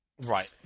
Right